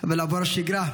נעבור לשגרה.